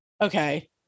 okay